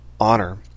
honor